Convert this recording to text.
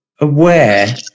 aware